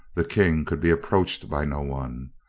the king could be approached by no one.